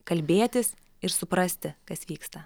kalbėtis ir suprasti kas vyksta